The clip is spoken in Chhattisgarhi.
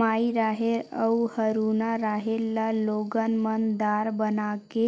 माई राहेर अउ हरूना राहेर ल लोगन मन दार बना के